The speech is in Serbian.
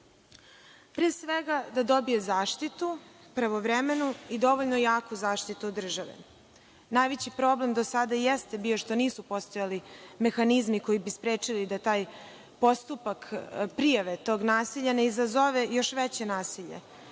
pre svega da dobije zaštitu pravovremenu i dovoljno jaku zaštitu od države. Najveći problem do sada jeste bio što nisu postojali mehanizmi koji bi sprečili da taj postupak prijave tog nasilja ne izazove još veće nasilje.